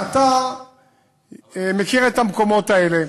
אתה מכיר את המקומות האלה,